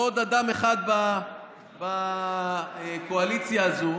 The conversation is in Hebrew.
לעוד אחד בקואליציה הזאת,